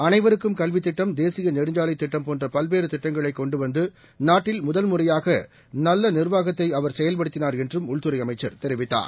அனைவருக்கும் கல்வி திட்டம் தேசிய நெடுஞ்சாலைத் திட்டம் போன்ற பல்வேறு திட்டங்களை கொண்டு வந்து நாட்டில் முதல் முறையாக நல்ல நிர்வாகத்தை வாஜ்பாய் செயல்படுத்தினார் என்றும் உள்துறை அமைச்சர் தெரிவித்தார்